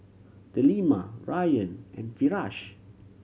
Delima Rayyan and Firash